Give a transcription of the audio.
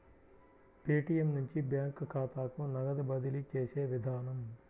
Paytm నుంచి bank ఖాతాకు నగదు బదిలీ చేసే విధానం